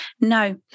No